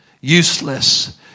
useless